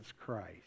Christ